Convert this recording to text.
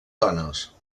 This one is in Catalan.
dones